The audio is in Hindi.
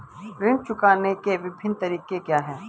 ऋण चुकाने के विभिन्न तरीके क्या हैं?